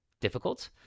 difficult